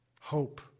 Hope